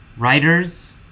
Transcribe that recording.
Writers